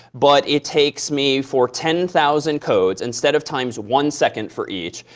but it takes me for ten thousand codes, instead of times one second for each,